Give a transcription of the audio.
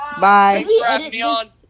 Bye